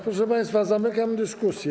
Proszę państwa, zamykam dyskusję.